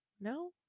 no